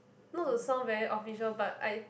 no to sound very official but I